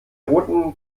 roten